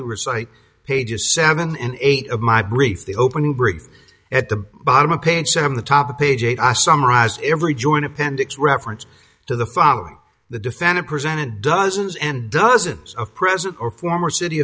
recite pages seven and eight of my brief the opening brief at the bottom of page seven the top of page eight i summarized every joint appendix reference to the following the defendant presented dozens and dozens of present or former city